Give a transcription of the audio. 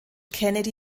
kennedy